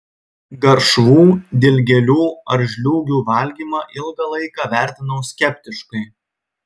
garšvų dilgėlių ar žliūgių valgymą ilgą laiką vertinau skeptiškai